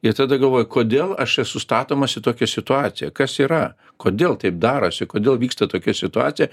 ir tada galvoji kodėl aš esu statomas į tokią situaciją kas yra kodėl taip darosi kodėl vyksta tokia situacija